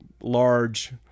large